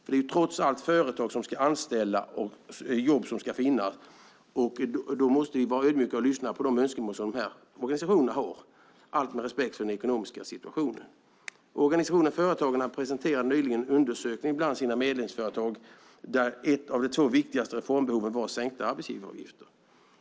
Det är trots allt företag som ska anställa och jobb som ska finnas. Då måste vi vara ödmjuka och lyssna på de önskemål som de olika organisationerna har, allt med respekt för den ekonomiska situationen. Organisationen Företagarna presenterade nyligen en undersökning bland sina medlemsföretag där ett av de två viktigaste reformbehoven var sänkta arbetsgivaravgifter.